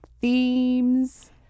themes